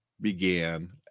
began